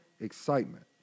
excitement